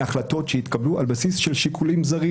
החלטות שהתקבלו על בסיס של שיקולים זרים.